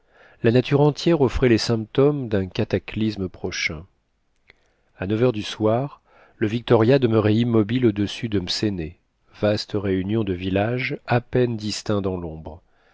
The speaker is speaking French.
la nature entière offrait les symptômes d'un cataclysme prochain a neuf heures du soir le victoria demeurait immobile au-dessus de mséné vaste réunion de villages à peine distincts dans l'ombre